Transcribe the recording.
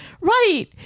Right